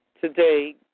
today